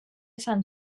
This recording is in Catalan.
sant